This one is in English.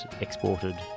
exported